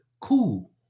cool